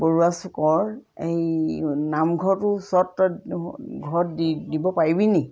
বৰুৱা চুকৰ এই নামঘৰটোৰ ওচৰত ঘৰত দি দিব পাৰিবি নেকি